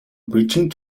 breaching